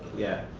yeah,